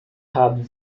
haben